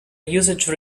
usage